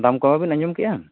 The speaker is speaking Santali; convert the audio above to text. ᱫᱟᱢ ᱠᱚᱢᱟ ᱵᱤᱱ ᱟᱸᱡᱚᱢ ᱠᱮᱫᱟ